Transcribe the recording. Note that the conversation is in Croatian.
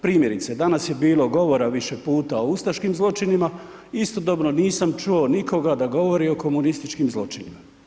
Primjerice, danas je bilo govora više puta o ustaškim zločinima i istodobno nisam čuo nikoga da govori o komunističkim zločinima.